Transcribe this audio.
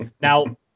Now